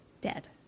dead